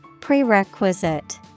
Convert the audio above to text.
Prerequisite